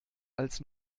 als